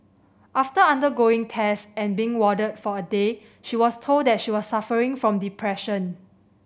after undergoing tests and being warded for a day she was told that she was suffering from depression